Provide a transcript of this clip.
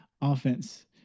offense